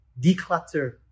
Declutter